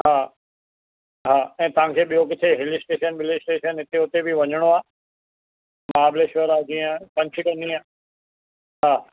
हा हा ऐं तव्हां खे ॿियो किथे हिल स्टेशन विल स्टेशन हिते उते बि वञिणो आ महाबलेश्वर आहे जीअं पंचगनी आहे हा